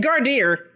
Gardeer